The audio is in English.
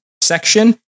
section